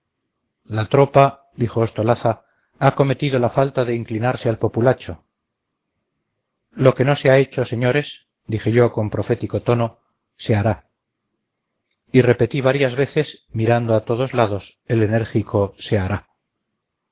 la tropa dijo ostolaza ha cometido la falta de inclinarse al populacho lo que no se ha hecho señores dije yo con profético tono se hará y repetí varias veces mirando a todos lados el enérgico se hará